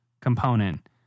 component